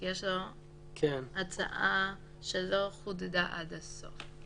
כי יש לו הצעה שלא חודדה עד הסוף.